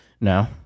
No